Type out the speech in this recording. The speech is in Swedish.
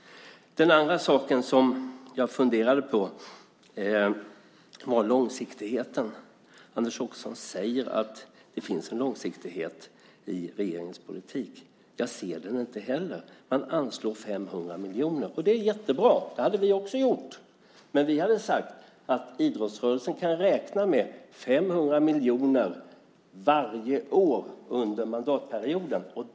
Den andra saken som jag funderade på var långsiktigheten. Anders Åkesson säger att det finns en långsiktighet i regeringens politik. Jag ser den inte heller. Man anslår 500 miljoner, och det är jättebra. Det hade vi också gjort, men vi hade sagt att idrottsrörelsen kan räkna med 500 miljoner varje år under mandatperioden.